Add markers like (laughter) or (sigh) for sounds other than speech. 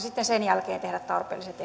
(unintelligible) sitten sen jälkeen tehdä tarpeelliset (unintelligible)